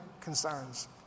concerns